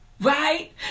Right